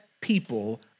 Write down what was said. people